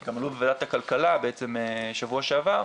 גם עלה בוועדת הכלכלה בשבוע שעבר,